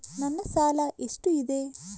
ನನ್ನ ಸಾಲ ಎಷ್ಟು ಇದೆ?